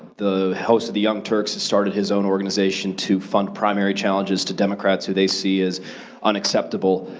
the host of the young turks has started his own organization to fund primary challenges to democrats who they see as unacceptable.